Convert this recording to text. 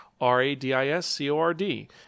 R-A-D-I-S-C-O-R-D